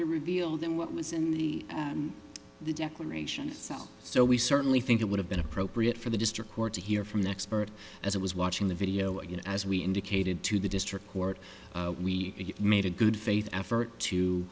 to reveal than what was in the declaration so we certainly think it would have been appropriate for the district court to hear from the expert as i was watching the video again as we indicated to the district court we made a good faith effort